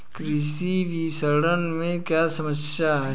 कृषि विपणन में क्या समस्याएँ हैं?